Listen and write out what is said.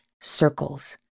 circles